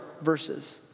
verses